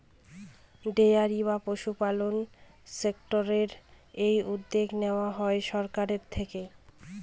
dairy বা পশুপালন সেক্টরের এই উদ্যোগ নেওয়া হয় সরকারের থেকে